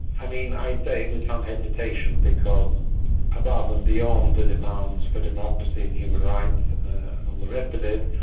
i mean i say it with some um hesitation because above and beyond the demands for democracy and human rights and the rest of it,